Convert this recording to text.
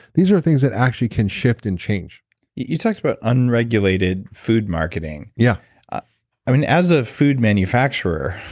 these are things that actually can shift and change you talked about unregulated food marketing yeah i mean as a food manufacturer,